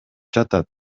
жатат